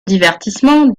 divertissement